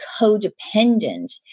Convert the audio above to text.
codependent